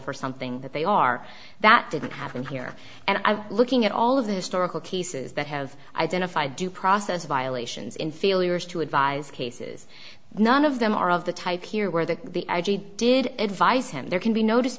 for something that they are that didn't happen here and i'm looking at all of the historical cases that have identified due process violations in failures to advise cases none of them are of the type here where the the i g did advise him there can be no